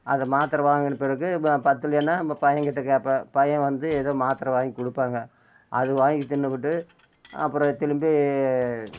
அது மாத்திர வாங்கின பிறகு இப்ப பத்தலேன்னா நம்ம பையன்கிட்ட கேட்பேன் பையன் வந்து ஏதோ மாத்திர வாங்கி கொடுப்பாங்க அது வாங்கி தின்னுவிட்டு அப்பறம் திரும்பி